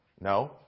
No